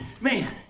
Man